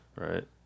right